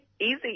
Easy